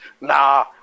Nah